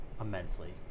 immensely